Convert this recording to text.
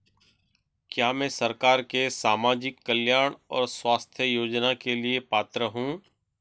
क्या मैं सरकार के सामाजिक कल्याण और स्वास्थ्य योजना के लिए पात्र हूं?